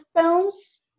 films